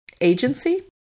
agency